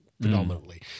predominantly